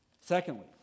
Secondly